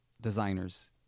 designers